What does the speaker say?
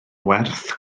werth